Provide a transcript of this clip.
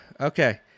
Okay